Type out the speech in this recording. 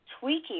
tweaking